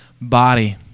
body